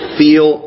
feel